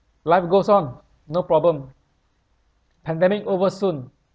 life goes on no problem pandemic over soon